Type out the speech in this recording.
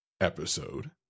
episode